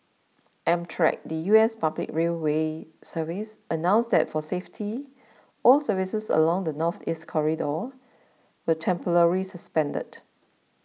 amtrak the U S public railway service announced that for safety all services along the Northeast Corridor were temporarily suspended